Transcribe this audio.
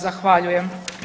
Zahvaljujem.